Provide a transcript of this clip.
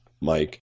Mike